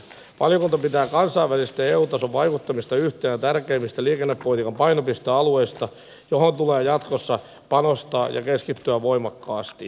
valiokunta pitää kansainvälistä ja eu tason vaikuttamista yhtenä tärkeimmistä liikennepolitiikan painopistealueista johon tulee jatkossa panostaa ja keskittyä voimakkaasti